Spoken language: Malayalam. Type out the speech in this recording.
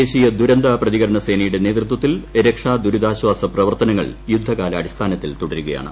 ദേശീയ ദുരന്ത പ്രതികരണസേനയുടെ നേതൃത്വത്തിൽ രക്ഷാ ദുരിതാശ്വാസ പ്രവർത്തന ങ്ങൾ യുദ്ധകാലാടിസ്ഥാനത്തിൽ തുടരുകയാണ്